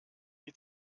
die